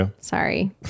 sorry